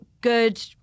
good